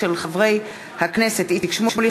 של חברי הכנסת איציק שמולי,